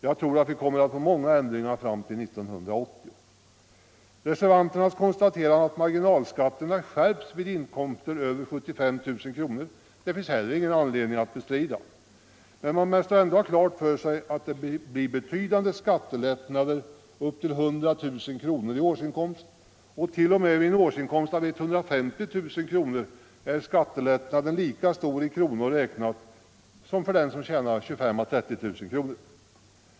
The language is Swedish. Jag tror att vi kommer att få många ändringar fram till 1980. Reservanternas konstaterande att marginalskatten skärps vid inkomster över 75 000 kronor finns det heller ingen anledning att bestrida. Men man måste ändå ha klart för sig att det blir betydande skattelättnader upp till 100 000 kronor i årsinkomst, och t.o.m. vid en årsinkomst av 150 000 kronor är skattelättnaden lika stor i kronor räknat som för den som tjänar 25 000 å 30 000 kronor.